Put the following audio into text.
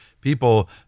people